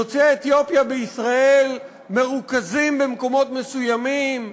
יוצאי אתיופיה בישראל מרוכזים במקומות מסוימים,